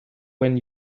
when